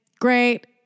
great